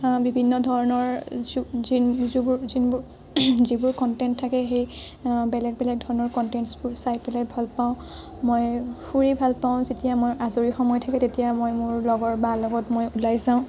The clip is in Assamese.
বিভিন্ন ধৰণৰ যোন যিন যোবোৰ যিনবোৰ যিবোৰ কনটেণ্টচ থাকে সেই বেলেগ বেলেগ ধৰণৰ কনটেণ্টচবোৰ চাই ভাল পাওঁ মই ফুৰি ভাল পাওঁ যেতিয়া মোৰ আজৰি সময় থাকে তেতিয়া মই মোৰ লগৰ বা লগত মই ওলাই যাওঁ